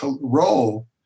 role